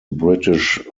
british